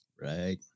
Right